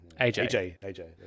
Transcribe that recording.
AJ